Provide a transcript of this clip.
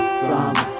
drama